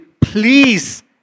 please